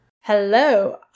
Hello